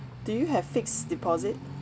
do you have fixed deposit